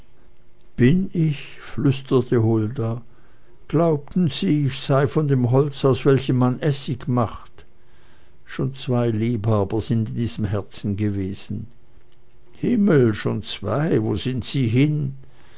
bin ich flüsterte hulda glaubten sie ich sei von dem holz aus welchem man essig macht schon zwei liebhaber sind in diesem herzen gewesen himmel schon zwei wo sind sie hin